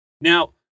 Now